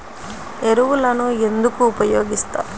ఎరువులను ఎందుకు ఉపయోగిస్తారు?